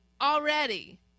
already